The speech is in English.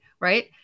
right